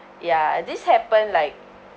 ya this happened like